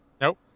Nope